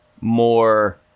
more